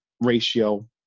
ratio